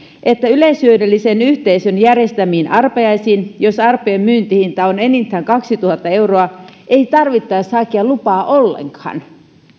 että yleishyödyllisen yhteisön järjestämiin arpajaisiin joissa arpojen myyntihinta on enintään kaksituhatta euroa ei tarvitse hakea lupaa ollenkaan